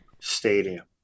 stadium